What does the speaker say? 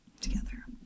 together